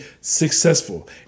successful